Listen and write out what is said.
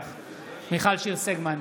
מיכל שיר סגמן,